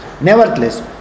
Nevertheless